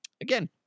again